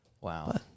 Wow